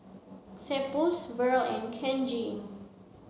Cephus Verl and Kenji